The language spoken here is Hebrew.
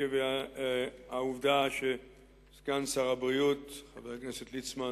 עקב העובדה שסגן שר הבריאות חבר הכנסת ליצמן